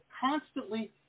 constantly